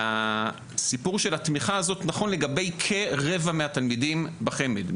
הסיפור של התמיכה הזאת נכון לגבי כרבע מהתלמידים בחמ"ד.